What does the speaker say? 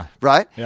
right